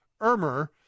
Ermer